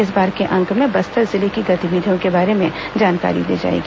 इस बार के अंक में बस्तर जिले की गतिविधियों के बारे में जानकारी दी जाएगी